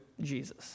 Jesus